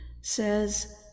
says